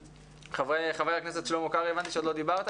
חבר הכנסת שלמה קרעי, הבנתי שעוד לא דיברת.